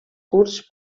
curts